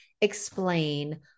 explain